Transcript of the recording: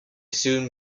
soon